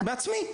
כשר בעצמי.